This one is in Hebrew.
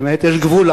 יש גבול.